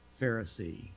Pharisee